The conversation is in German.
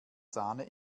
sahne